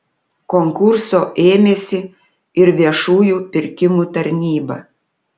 konkurso ėmėsi ir viešųjų pirkimų tarnyba